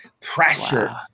Pressure